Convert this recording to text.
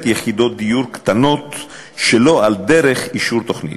יחידות דיור קטנות שלא על דרך אישור תוכנית.